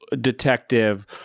Detective